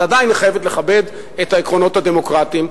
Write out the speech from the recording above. אבל עדיין היא חייבת לכבד את העקרונות הדמוקרטיים.